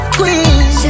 queen